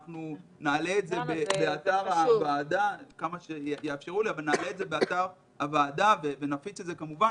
אנחנו נעלה את זה באתר הוועדה ונפיץ את זה כמובן.